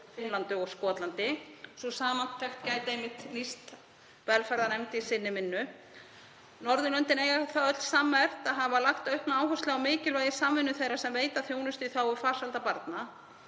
Finnlandi og Skotlandi. Sú samantekt gæti einmitt nýst velferðarnefnd í sinni vinnu. Norðurlöndin eiga það öll sammerkt að hafa lagt aukna áherslu á mikilvægi samvinnu þeirra sem veita þjónustu í þágu farsældar barna.